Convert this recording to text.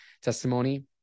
testimony